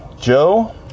Joe